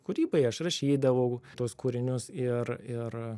kūrybai aš rašydavau tuos kūrinius ir ir